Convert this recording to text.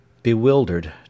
Bewildered